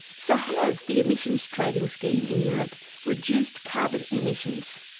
so has the emissions trading scheme in europe reduced carbon emissions?